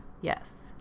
Yes